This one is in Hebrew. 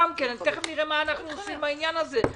נראה מה אנחנו עושים תכף.